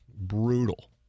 brutal